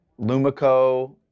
Lumico